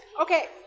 okay